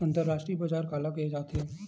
अंतरराष्ट्रीय बजार काला कहे जाथे?